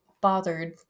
bothered